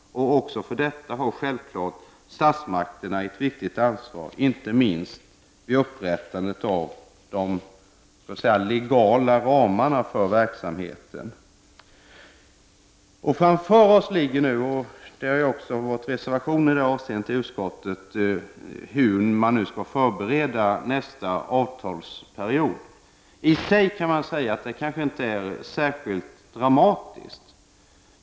Och även för detta har statsmakterna självfallet ett viktigt ansvar, inte minst vid upprättandet av de legala ramarna för verksamheten. Nu handlar det om hur nästa avtalsperiod skall förberedas. Det har också fogats reservationer till betänkandet om detta. Det kanske inte är särskilt dramatiskt.